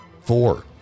four